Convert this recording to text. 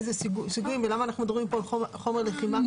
איזה סוגים ולמה אנחנו מדברים כאן על חומר לחימה כימי?